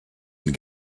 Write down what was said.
been